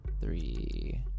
Three